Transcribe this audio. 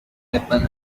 happen